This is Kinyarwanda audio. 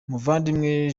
muvandimwe